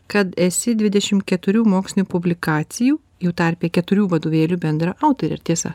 kad esi dvidešim keturių mokslinių publikacijų jų tarpe keturių vadovėlių bendraautorė ar tiesa